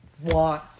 want